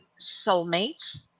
soulmates